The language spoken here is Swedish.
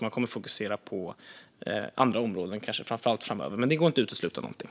Man kommer att fokusera också på andra områden, kanske framför allt framöver. Det går inte att utesluta någonting.